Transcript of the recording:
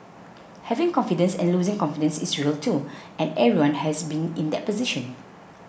having confidence and losing confidence is real too and everyone has been in that position